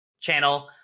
channel